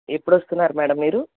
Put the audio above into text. ఎప్పుడు వస్తున్నారు మేడం మీరు